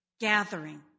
gathering